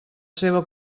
seva